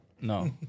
No